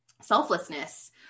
selflessness